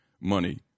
money